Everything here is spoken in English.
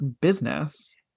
business